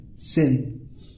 Sin